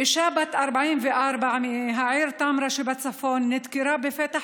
אישה בת 44 מהעיר טמרה שבצפון נדקרה בפתח